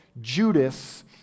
Judas